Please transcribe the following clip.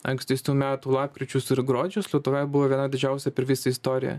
ankstesnių metų lapkričius ir gruodžius lietuvoje buvo viena didžiausia per visą istoriją